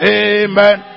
amen